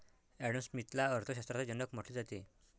Adam स्मिथला अर्थ शास्त्राचा जनक म्हटले जाते